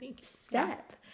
step